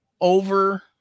Over